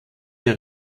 der